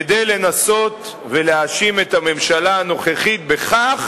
כדי לנסות ולהאשים את הממשלה הנוכחית בכך